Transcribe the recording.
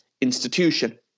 institution